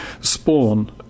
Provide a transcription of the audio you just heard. spawn